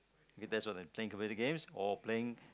if that's what they're playing computer games or playing